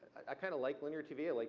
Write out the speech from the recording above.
i kind of like linear tv. like